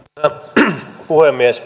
arvoisa puhemies